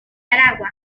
aragua